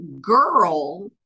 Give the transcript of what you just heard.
girl